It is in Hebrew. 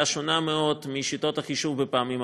שונה מאוד משיטות החישוב בפעמים הקודמות,